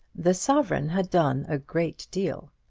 the sovereign had done a great deal.